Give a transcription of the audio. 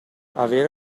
avere